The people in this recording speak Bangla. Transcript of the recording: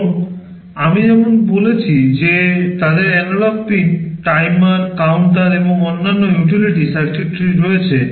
এবং আমি যেমন বলেছি যে তাদের এনালগ পিন টাইমার কাউন্টার এবং অন্যান্য ইউটিলিটি সার্কিটরি রয়েছে